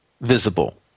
visible